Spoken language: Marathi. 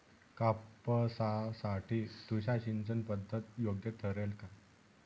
कापसासाठी तुषार सिंचनपद्धती योग्य ठरेल का?